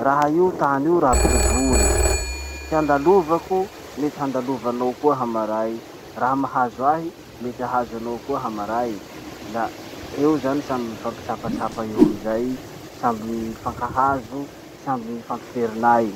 raha io tany io raha boribory, ty andalovako mety handalovanao koa hamaray, raha mahazo ahy mety hahazo anao koa hamaray, la eo zany samby mifampitsapatsapa eo amizay, samby mifankahazo, samby mifampiferinay.